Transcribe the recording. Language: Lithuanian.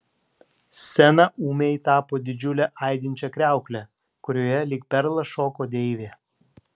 scena ūmai tapo didžiule aidinčia kriaukle kurioje lyg perlas šoko deivė